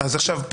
פה,